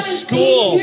school